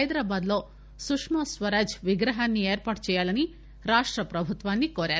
హైదరాబాద్ లో సుష్మాస్వరాజ్ విగ్రహాన్ని ఏర్పాటు చేయాలని రాష్ట ప్రభుత్వాన్ని కోరారు